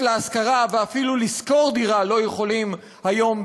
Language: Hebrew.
להשכרה ואפילו לשכור דירה לא יכולים היום,